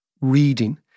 reading